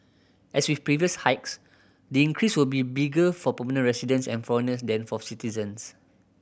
as with previous hikes the increase will be bigger for permanent residents and foreigners than for citizens